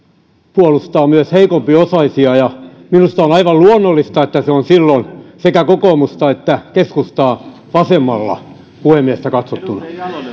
puolustaa myös heikompiosaisia minusta on aivan luonnollista että se on silloin sekä kokoomuksesta että keskustasta vasemmalla puhemiehestä katsottuna